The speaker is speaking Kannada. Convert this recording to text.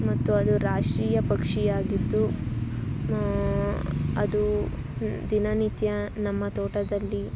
ಮತ್ತು ಅದು ರಾಷ್ಟ್ರೀಯ ಪಕ್ಷಿಯಾಗಿದ್ದು ಅದು ದಿನನಿತ್ಯ ನಮ್ಮ ತೋಟದಲ್ಲಿ